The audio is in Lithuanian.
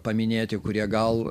paminėti kurie gal